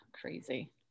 Crazy